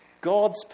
God's